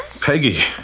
Peggy